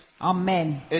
Amen